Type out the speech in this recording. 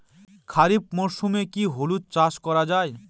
খরিফ মরশুমে কি হলুদ চাস করা য়ায়?